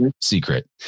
secret